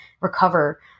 recover